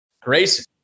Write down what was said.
Grace